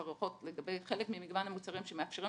לפחות לגבי חלק ממגוון המוצרים שמאפשרים